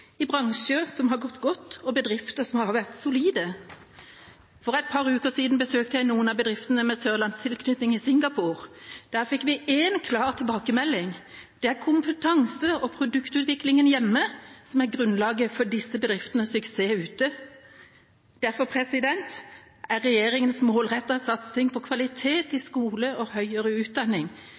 i en bransje som har gått godt, og i bedrifter som har vært solide. For et par uker siden besøkte jeg noen av bedriftene med sørlandstilknytning i Singapore. Der fikk vi én klar tilbakemelding: Det er kompetanse- og produktutviklingen hjemme som er grunnlaget for disse bedriftenes suksess ute. Derfor er regjeringas målrettede satsing på kvalitet i skole og høyere utdanning,